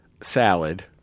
salad